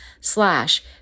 slash